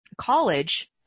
college